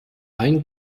einen